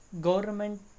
government